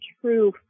true